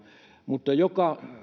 mutta joka